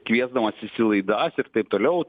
kviesdamasis į laidas ir taip toliau